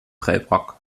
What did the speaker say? prellbock